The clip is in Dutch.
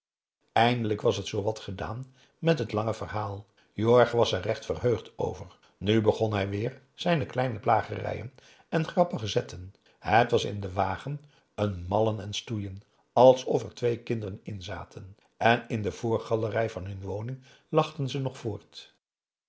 eindelijk was het zoowat gedaan met t lange verhaal jorg was er recht verheugd over nu begon hij weêr zijne kleine plagerijen en grappige zetten het was in den wagen een mallen en stoeien alsof er twee kinderen inzaten en in de voorgalerij van hun woning lachten ze nog voort